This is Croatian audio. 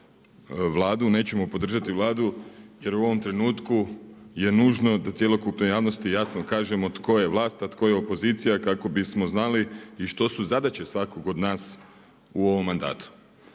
Nećemo podržati Vladu jer u ovom trenutku je nužno da cjelokupnoj javnosti jasno kažemo tko je vlast, a tko je opozicija kako bismo znali i što su zadaće svakog od nas u ovom mandatu.